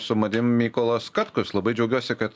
su manim mykolas katkus labai džiaugiuosi kad